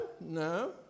No